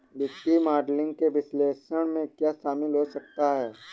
वित्तीय मॉडलिंग के विश्लेषण में क्या शामिल हो सकता है?